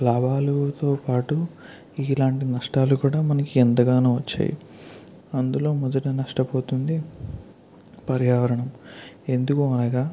లాభాలుతో పాటు ఇలాంటి నష్టాలు కూడా మనకు ఎంతగానో వచ్చాయి అందులో మొదట నష్టపోతుంది పర్యావరణం ఎందుకు అనగా